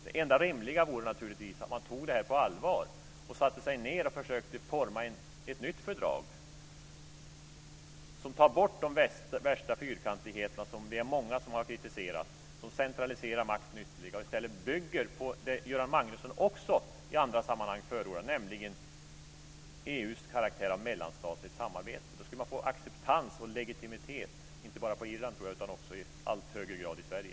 Det enda rimliga vore naturligtvis att man tog det här på allvar och satte sig ned och försökte forma ett nytt fördrag, ett fördrag som tar bort de värsta fyrkantigheterna, som vi är många som har kritiserat och som centraliserar makten ytterligare, och i stället bygger på det som Göran Magnusson också i andra sammanhang förordar, nämligen EU:s karaktär av mellanstatligt samarbete. Då skulle man få acceptans och legitimitet - inte bara på Irland, tror jag, utan också i allt högre grad i Sverige.